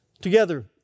Together